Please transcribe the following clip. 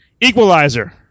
Equalizer